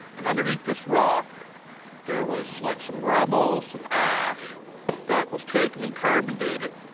and underneath this rock there was like some rubble, some ash that was taken and carbon dated.